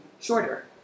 shorter